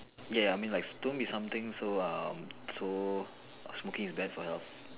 ya I mean like don't be something so um so smoking is bad for your health